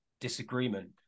disagreement